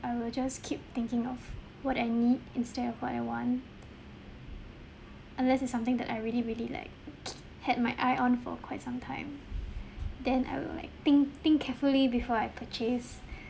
I will just keep thinking of what I need instead of what I want unless it's something that I really really like had my eye on for quite some time then I will like think think carefully before I purchase